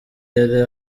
yari